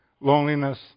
loneliness